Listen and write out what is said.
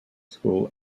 school